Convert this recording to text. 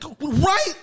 Right